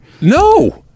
No